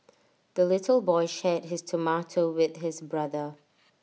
the little boy shared his tomato with his brother